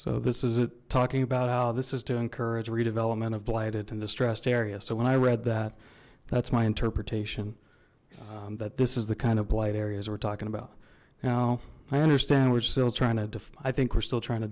so this is it talking about how this is to encourage redevelopment of blighted and distressed area so when i read that that's my interpretation that this is the kind of blight areas we're talking about now i understand we're still trying to do i think we're still trying to